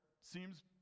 seems